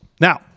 Now